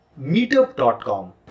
meetup.com